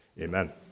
amen